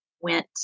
went